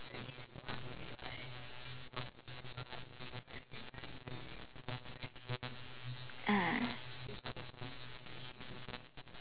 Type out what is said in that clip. ah